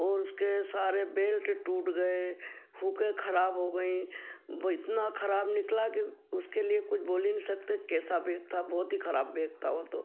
और उसके सारे बेल्ट टूट गए हुकें खराब हो गईं वो इतना खराब निकला कि उसके लिए कुछ बोल ही नहीं सकती कैसा बेग था बहुत ही खराब बेग था वो तो